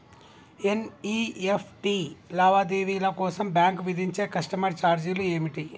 NEFT లావాదేవీల కోసం bank విధించే కస్టమర్ ఛార్జీలు ఏమిటి?